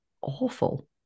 awful